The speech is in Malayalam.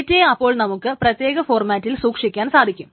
ഡേറ്റയെ അപ്പോൾ നമുക്ക് പ്രത്യേക ഫോർമാറ്റിൽ സൂക്ഷിക്കാൻ സാധിക്കും